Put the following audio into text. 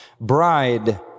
bride